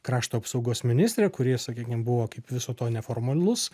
krašto apsaugos ministrę kuri sakykim buvo kaip viso to neformalus